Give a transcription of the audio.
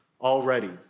already